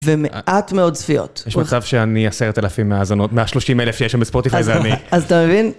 ומעט מאוד צפיות. יש מצב שאני עשרת אלפים מהאזנות, מהשלושים אלף שיש שם בספורטיפי זה אני. אז אתה מבין?